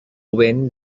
went